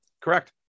Correct